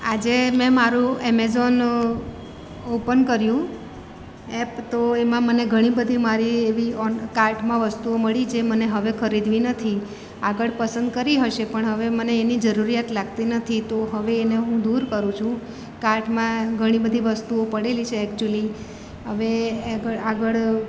આજે મેં મારું એમેઝોન ઓપન કર્યું એપ તો એમાં મને ઘણી બધી મારી એવી કાર્ટમાં વસ્તુઓ મળી જે મને હવે ખરીદવી નથી આગળ પસંદ કરી હશે પણ હવે મને એની જરૂરિયાત લાગતી નથી તો હવે એને હું દૂર કરું છું કાર્ટમાં ઘણી બધી વસ્તુઓ પડેલી છે એકચૂલી હવે આગળ